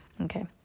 okay